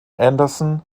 anderson